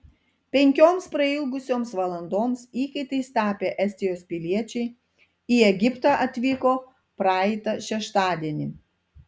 penkioms prailgusioms valandoms įkaitais tapę estijos piliečiai į egiptą atvyko praeitą šeštadienį